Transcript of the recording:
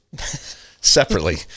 separately